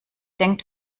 denkt